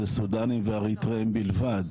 זה סודנים ואריתראים בלבד,